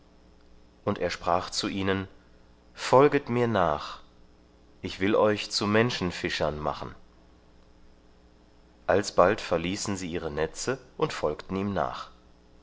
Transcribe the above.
und er sprach zu ihnen folget mir nach ich will euch zu menschenfischern machen alsbald verließen sie ihre netze und folgten ihm nach